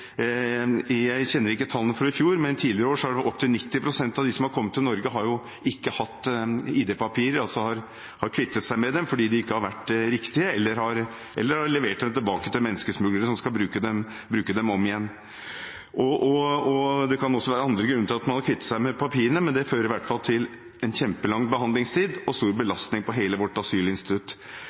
Jeg kjenner ikke tallene fra i fjor, men tidligere år har opptil 90 pst. av dem som har kommet til Norge, ikke hatt id-papirer. De har kvittet seg med dem fordi de ikke har vært ekte, eller levert dem tilbake til menneskesmuglere som bruker dem om igjen. Det kan også være andre grunner til at man kvitter seg med papirene, men det fører i hvert fall til svært lang behandlingstid og en stor belastning på hele vårt asylinstitutt.